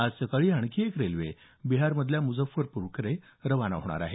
आज सकाळी आणखी एक रेल्वे बिहारमधल्या मुझफ्फरपूरकडे रवाना होणार आहे